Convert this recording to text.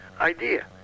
idea